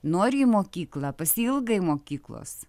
nori į mokyklą pasiilgai mokyklos